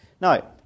Now